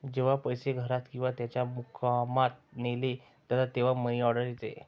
जेव्हा पैसे घरात किंवा त्याच्या मुक्कामात नेले जातात तेव्हा मनी ऑर्डर येते